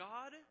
God